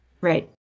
Right